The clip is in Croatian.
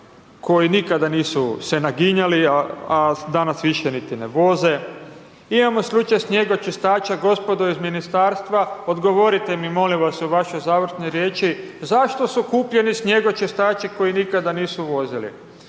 koji nikada nisu se naginjali, a danas više niti ne voze. Imamo slučaj snjegočistača, gospodo iz ministarstva, odgovorite mi, molim vas u vašoj završnoj riječi, zašto su kupljeni snjegočistači koji nikada nisu vozili.